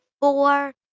Four